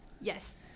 Yes